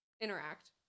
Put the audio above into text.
interact